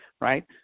right